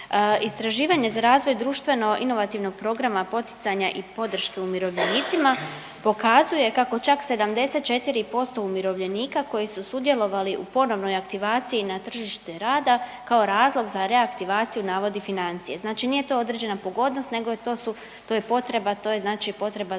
Istraživanje za razvoj društveno inovativnog programa poticanja i podrške umirovljenicima pokazuje kako čak 74% umirovljenika koji su sudjelovali u ponovnoj aktivaciji na tržište rada kao razlog za reaktivaciju navode financije. Znači nije to određena pogodnost nego to su, to je potreba,